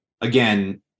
again